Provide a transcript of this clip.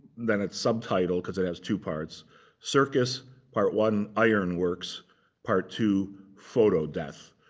than it's subtitled, because it has two parts circus part one, ironworks, part two, photo death.